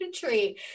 country